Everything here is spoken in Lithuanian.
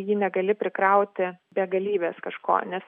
į jį negali prikrauti begalybės kažko nes